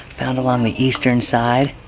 found along the eastern side